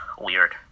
Weird